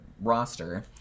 roster